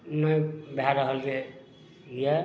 नहि भए रहलैए